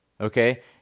okay